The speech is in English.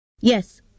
Yes